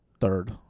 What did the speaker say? Third